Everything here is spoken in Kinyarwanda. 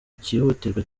cyihutirwa